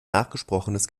nachgesprochenes